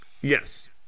Yes